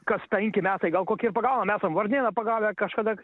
kas penki metai gal kokį ir pagavom esam varnėną pagavę kažkada